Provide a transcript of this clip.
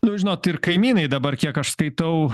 nu žinot ir kaimynai dabar kiek aš skaitau